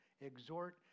exhort